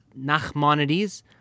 Nachmanides